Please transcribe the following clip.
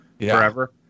forever